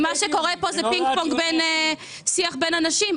מה שקורה פה זה שיח בין אנשים.